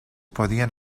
podían